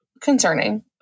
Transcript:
concerning